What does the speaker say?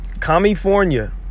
California